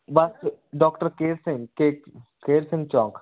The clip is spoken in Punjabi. ਬਸ ਡੋਕਟਰ ਕੇਹਰ ਸਿੰਘ ਕੇ ਕੇਹਰ ਸਿੰਘ ਚੌਂਕ